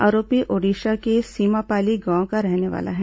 आरोपी ओडिशा के सीमापाली गांव का रहने वाला है